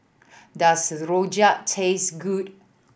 does Rojak taste good